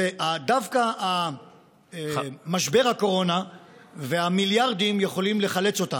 ודווקא משבר הקורונה והמיליארדים יכולים לחלץ אותה.